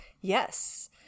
Yes